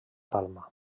palma